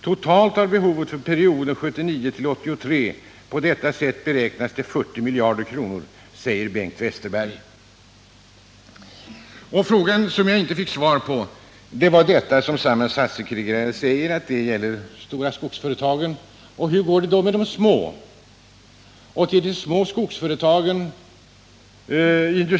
Totalt har behovet för perioden 1979-1983 på detta sätt beräknats till cirka 40 miljarder kronor, säger Bengt Westerberg.” Frågan jag inte fick svar på gäller samma sak som statssekreteraren nämner, nämligen de stora skogsföretagen. Hur går det då med de små skogsföretagen?